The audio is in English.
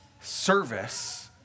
service